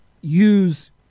use